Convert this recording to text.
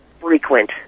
frequent